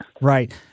Right